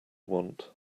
want